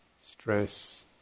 stress